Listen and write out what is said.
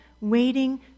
waiting